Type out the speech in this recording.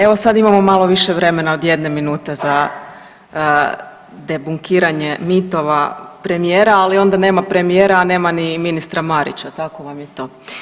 Evo sad imamo malo više vremena od jedne minute za debunkiranje mitova premijera, ali onda nema premijera, a nema ni ministra Marića, tako vam je to.